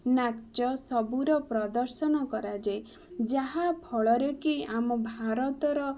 ନାଚ ସବୁର ପ୍ରଦର୍ଶନ କରାଯାଏ ଯାହା ଫଳରେ କି ଆମ ଭାରତର